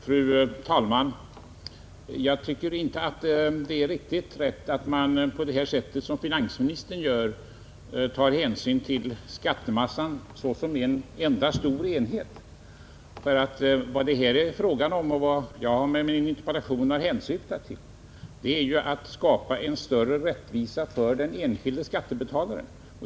Fru talman! Jag tycker inte att det är riktigt rätt att, på det sätt som finansministern gör, ta hänsyn till skattemassan som en enda stor enhet. Vad det här är fråga om och vad jag med min interpellation har syftat till är ju att skapa större rättvisa för den enskilde skattebetalaren.